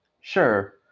Sure